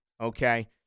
okay